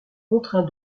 contraint